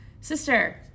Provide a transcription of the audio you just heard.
sister